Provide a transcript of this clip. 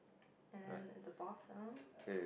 and then at the bottom